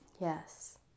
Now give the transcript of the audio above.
Yes